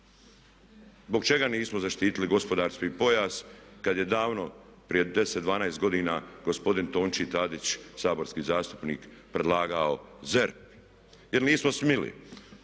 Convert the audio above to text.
Zbog čega nismo zaštitili gospodarski pojas kad je davno, prije 10, 12 godina, gospodin Tonči Tadić saborski zastupnik predlagao ZERP? Jer nismo smjeli.